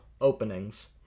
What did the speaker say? openings